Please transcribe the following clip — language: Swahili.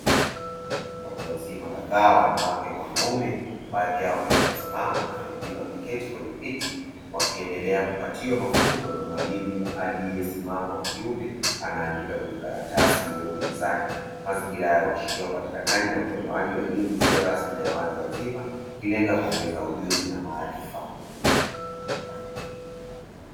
Watu wazima kadhaa wanawake kwa wanaume baadhi yao wakiwa wamesimama na wengine wamekaa kwenye viti, wakiendelea kupatiwa mafunzo na mwalimu aliyesimama wa kiume anandika kwenye karatasi ilyopo mezani. Mazingira haya huashiria upatikanaji na utolewaji wa elimu isiyo rasmi na ya watu wazima ikilenga kuongeza ujuzi na maarifa.